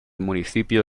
municipio